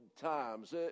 times